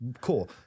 Cool